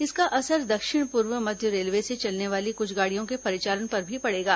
इसका असर दक्षिण पूर्व मध्य रेलवे से चलने वाली कुछ गाडियों के परिचालन पर भी पड़ेगा